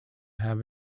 have